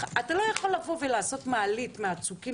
אתה לא יכול לבוא ולעשות מעלית בצוקים